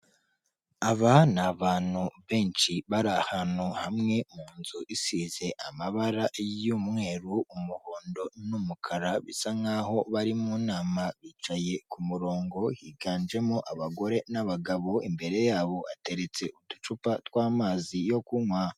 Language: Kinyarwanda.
Aba ni abantu benshi bari ahantu hamwe mu nzu isize amabara y'umweru, umuhondo n'umukara bisa nk'aho bari mu nama bicaye ku murongo higanjemo abagore n'abagabo, imbere yabo hateretse uducupa tw'amazi yo kunywa.